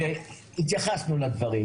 התייחסנו לדברים